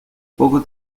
poco